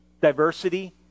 diversity